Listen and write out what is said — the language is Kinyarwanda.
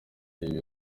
ibi